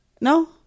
No